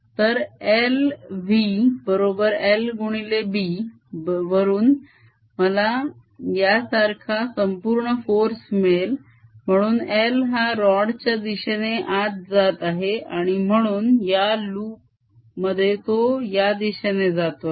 तर I v बरोबर I गुणिले b वरून मला यासारखा संपूर्ण फोर्स मिळेल म्हणून I हा रॉड च्या दिशेने आत जात आहे आणि म्हणून या लूप मध्ये तो या दिशेने जातो आहे